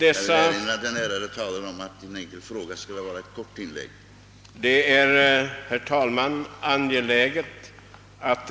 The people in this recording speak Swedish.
Jag vill erinra den ärade talaren om att det efter besvarande av en enkel fråga skall vara ett kort inlägg. Herr talman!